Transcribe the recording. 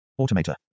Automator